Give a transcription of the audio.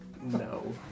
no